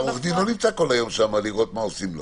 העורך דין לא נמצא כל היום שם לראות מה עושים לו.